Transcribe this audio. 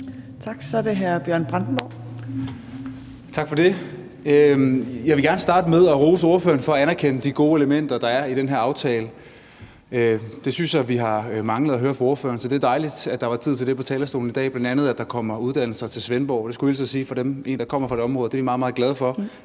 Kl. 17:37 Bjørn Brandenborg (S): Tak for det. Jeg vil gerne starte med at rose ordføreren for at anerkende de gode elementer, der er i den her aftale. Det synes jeg vi har manglet at høre fra ordføreren. Så det var dejligt, at der var tid til det på talerstolen i dag, bl.a. at der kommer uddannelser til Svendborg. Det skulle jeg hilse og sige fra en, der kommer fra det område, at vi er meget, meget glade for